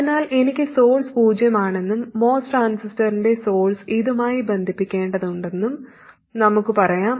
അതിനാൽ എനിക്ക് സോഴ്സ് പൂജ്യമാണെന്നും MOS ട്രാൻസിസ്റ്ററിന്റെ സോഴ്സ് ഇതുമായി ബന്ധിപ്പിക്കേണ്ടതുണ്ടെന്നും നമുക്ക് പറയാം